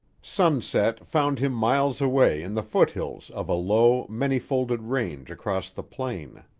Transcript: sunset found him miles away in the foothills of a low, many-folded range across the plain.